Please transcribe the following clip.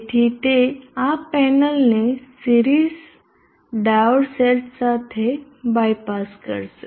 તેથી તે આ પેનલને સિરીઝ ડાયોડ સેટ સાથે બાયપાસ કરશે